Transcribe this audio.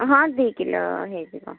ହଁ ଦୁଇ କିଲୋ ହେଇଯିବ